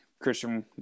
Christian